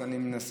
אז אני מנסה.